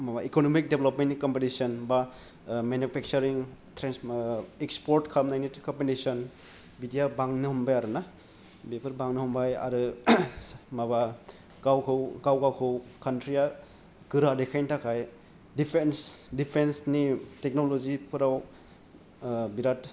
माबा इकनमिक देभलपमेन्टनि कम्पेटिशन बा मेनुफेक्थारिं ट्रेन्स इक्सपर्ट खालामनायनि कपेटिशन बिदिया बांनो हमबाय आरोना बेफोर बांनो हमबाय आरो माबा गावखौ गाव गावखौ कान्त्रिया गोरा देखायनो थाखाय दिफेन्स दिफेन्सनि टेकन'लजि फोराव बिराथ